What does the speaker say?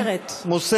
מוסרת.